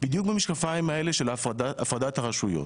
בדיוק במשקפיים האלה של הפרדת הרשויות.